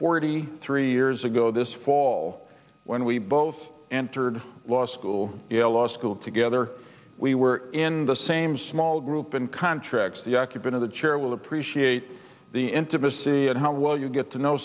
forty three years ago this fall when we both entered law school a law school together we were in the same small group and contracts the occupant of the chair will appreciate the intimacy and how well you get to know